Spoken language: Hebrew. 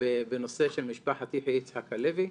בנושא של משפחת יחיא יצחק הלוי.